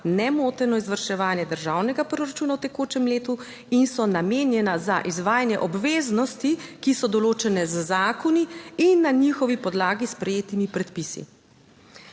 nemoteno izvrševanje državnega proračuna v tekočem letu in so namenjena za izvajanje obveznosti, ki so določene z zakoni in na njihovi podlagi sprejetimi predpisi.